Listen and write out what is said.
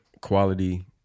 quality